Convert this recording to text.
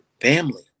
family